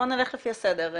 נלך לפי הסדר.